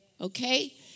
okay